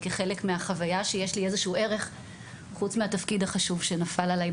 כחלק מהחוויה שיש לי איזה שהוא ערך חוץ מהתפקיד החשוב שנפל עליי,